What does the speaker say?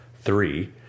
three